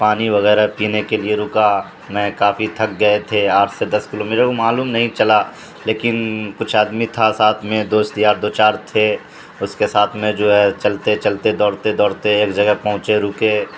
پانی وغیرہ پینے کے لیے رکا میں کافی تھک گئے تھے آٹھ سے دس کلو میٹر کو معلوم نہیں چلا لیکن کچھ آدمی تھا ساتھ میں دوست یار دو چار تھے اس کے ساتھ میں جو ہے چلتے چلتے دوڑتے دوڑتے ایک جگہ پہنچے رکے